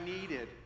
needed